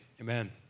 Amen